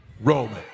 Roman